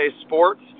sports